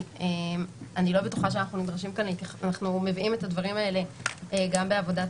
אנחנו מביאים את הדברים האלה גם בעבודת